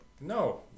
No